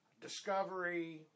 discovery